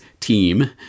team